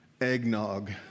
eggnog